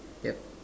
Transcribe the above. yup